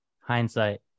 Hindsight